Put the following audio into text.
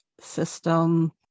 system